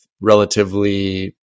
relatively